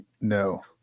no